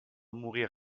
mourir